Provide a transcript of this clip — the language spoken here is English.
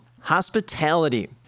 hospitality